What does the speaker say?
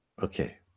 Okay